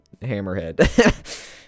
hammerhead